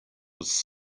was